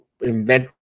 invent